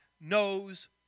knows